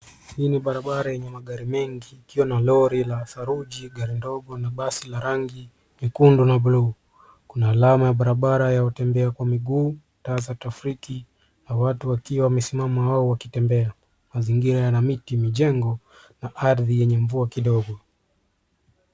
Hii ni barabara yenye magari mengi ikiwa na lori la saruji, gari ndogo na basi la rangi nyekundu na buluu. Kuna alama ya barabara ya watembea kwa miguu, taa za trafiki na watu wakiwa wamesimama au wakitembea. Mazingira yana miti, mijengo na ardhi yenye mvua kidogo.